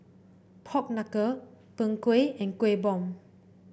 Pork Knuckle Png Kueh and Kueh Bom